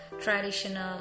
traditional